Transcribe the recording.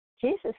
Jesus